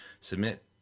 submit